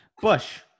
Bush